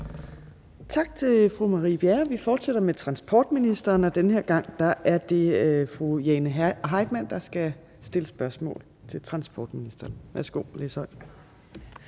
Tak til fru Marie Bjerre. Vi fortsætter med transportministeren, og den her gang er det fru Jane Heitmann, der skal stille spørgsmål til transportministeren. Kl. 13:54 Spm.